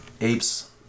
apes